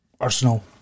Arsenal